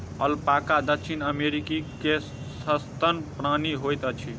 alpaca दक्षिण America के सस्तन प्राणी होइत अछि